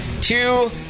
two